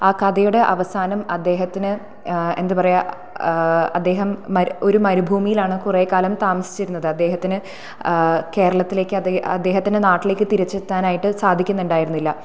ആ കഥയുടെ അവസാനം അദ്ദേഹത്തിന് എന്താ പറയുക അദ്ദേഹം ഒരു മരുഭൂമിയിലാണ് കുറേ കാലം താമസിച്ചിരുന്നത് അദ്ദേഹത്തിന് കേരളത്തിലേക്ക് അദ്ദേഹത്തിൻ്റെ നാട്ടിലേക്ക് തിരിച്ചെത്താനായിട്ട് സാധിക്കുന്നുണ്ടായിരുന്നില്ല